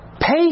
pay